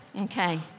Okay